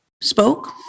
spoke